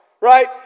Right